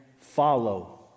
follow